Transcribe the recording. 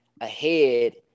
ahead